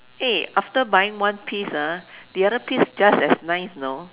eh after buying one piece ah the other piece just as nice know